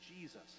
Jesus